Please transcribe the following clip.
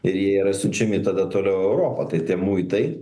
ir jie yra siunčiami tada toliau į europą tai tie muitai